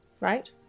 Right